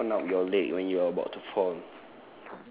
trying to open up your leg when you are about to fall